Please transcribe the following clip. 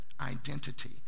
identity